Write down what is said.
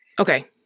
okay